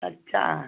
अच्छा